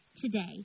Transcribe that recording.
today